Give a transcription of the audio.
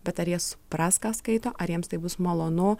bet ar jie supras ką skaito ar jiems tai bus malonu